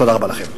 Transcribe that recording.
תודה רבה לכם.